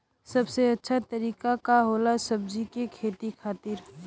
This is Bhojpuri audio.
सबसे अच्छा तरीका का होला सब्जी के खेती खातिर?